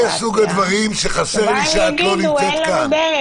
סוג הדברים שחסר לי שאת לא נמצאת כאן.